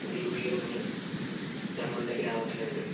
രൂപീകരണങ്ങള് നമ്മളുടെ ഗ്രാമത്തിലുണ്ട്